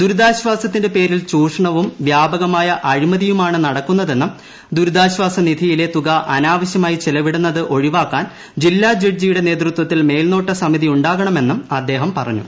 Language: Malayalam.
ദുരിതാശ്ചാസത്തിന്റെ പേരിൽ ചൂഷണവും വ്യാപകമായ അഴിമതിയുമാണ് നടക്കുന്നതെന്നും ദൂരിതാശ്വാസ നിധിയിലെ തുക അനാവശ്യമായി ചിലവിടുന്നത് ഒഴിവാക്കാൻ ജില്ലാ ജഡ്ജിയുടെ നേതൃത്വത്തിൽ മേൽനോട്ട സമിതിയുണ്ടാകണമെന്നും അദ്ദേഹം പറഞ്ഞു